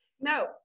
no